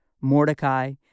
Mordecai